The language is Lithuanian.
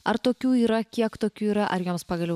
ar tokių yra kiek tokių yra ar joms pagaliau